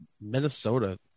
Minnesota